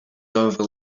over